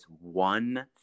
one